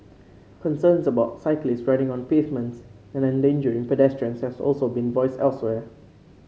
concerns about cyclists riding on pavements and endangering pedestrians have also been voiced elsewhere